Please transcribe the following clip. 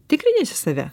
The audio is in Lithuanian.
tikrinęsi save